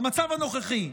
במצב הנוכחי,